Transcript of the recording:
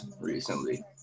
recently